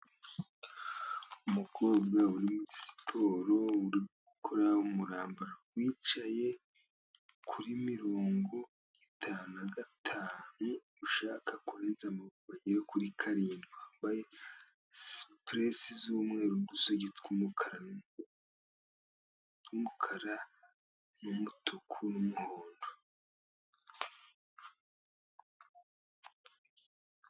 Umukobwa uri muri siporo, uri gukora umurambararo yicaye kuri mirongo itanu na gatanu ushaka kurenza amaboko ngo agere kuri karindwi, wambaye supurese z'umweru n'udusogisi tw' umukara n'umutuku n'umuhondo.